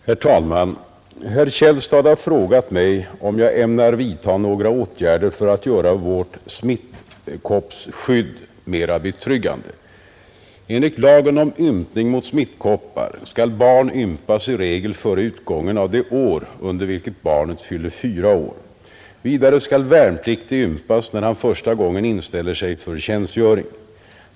Herr talman! Herr Källstad har frågat mig om jag ämnar vidta några åtgärder för att göra vårt smittkoppsskydd mera betryggande. Enligt lagen om ympning mot smittkoppor skall barn ympas i regel före utgången av det år under vilket barnet fyller fyra år. Vidare skall värnpliktig ympas när han första gången inställer sig för tjänstgöring.